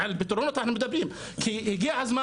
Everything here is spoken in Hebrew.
אמרת: "אנחנו באים לעבוד".